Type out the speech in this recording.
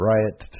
Riot